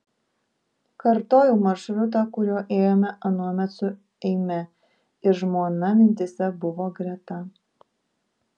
kartojau maršrutą kuriuo ėjome anuomet su eime ir žmona mintyse buvo greta